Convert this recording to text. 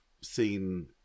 seen